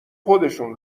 خودشون